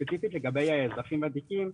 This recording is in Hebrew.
ספציפית לגבי אזרחים ותיקים,